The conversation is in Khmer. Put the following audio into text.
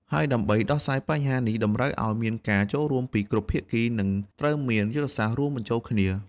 ហើយដើម្បី ដោះស្រាយបញ្ហានេះតម្រូវឱ្យមានការចូលរួមពីគ្រប់ភាគី និងត្រូវមានយុទ្ធសាស្ត្ររួមបញ្ចូលគ្នា។